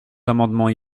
amendements